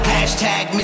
Hashtag